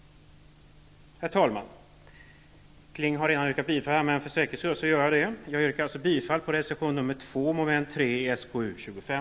Herr talman! Peter Kling har redan yrkat bifall till vår reservation, men för säkerhets skull yrkar jag bifall till reservation nr 2 under mom. 3 i SkU25.